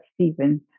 Stephen